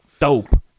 Dope